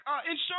insurance